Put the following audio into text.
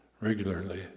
regularly